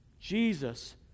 Jesus